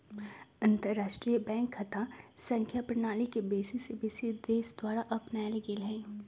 अंतरराष्ट्रीय बैंक खता संख्या प्रणाली के बेशी से बेशी देश द्वारा अपनाएल गेल हइ